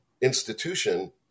institution